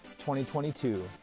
2022